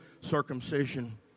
circumcision